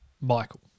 Michael